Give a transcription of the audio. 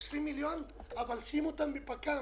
יועברו 20 מיליון שקל, אבל שימו אותם בפק"מ.